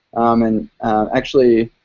and actually,